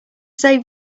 save